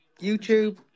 YouTube